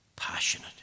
passionate